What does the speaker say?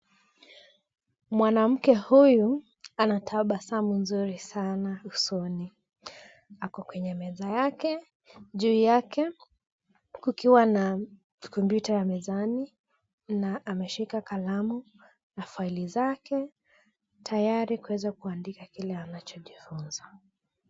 Mwanamke huyu ana tabasamu nzuri sana usoni. Ako kwenye meza yake, juu yake kukiwa na kompyuta ya mezani na ameshika kalamu na faili zake tayari kuweza kuandika kile anachojifunza.